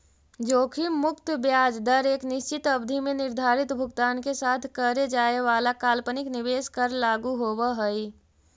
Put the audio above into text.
जोखिम मुक्त ब्याज दर एक निश्चित अवधि में निर्धारित भुगतान के साथ करे जाए वाला काल्पनिक निवेश पर लागू होवऽ हई